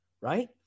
right